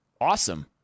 awesome